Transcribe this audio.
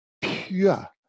pure